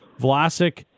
Vlasic